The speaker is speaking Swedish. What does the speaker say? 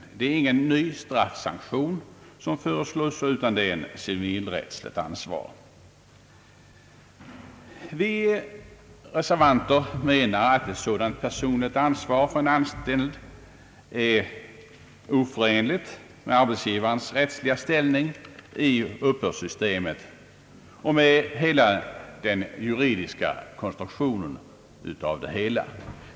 Det är ingen ny straffsanktion som föreslås, utan det är ett civilrättsligt ansvar. Vi reservanter menar att ett sådant personligt ansvar för en anställd är oförenligt med arbetsgivarens rättsliga ställning i uppbördssystemet och med hela den juridiska konstruktionen.